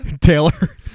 Taylor